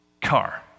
car